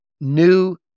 new